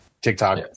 TikTok